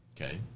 Okay